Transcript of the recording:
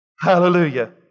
Hallelujah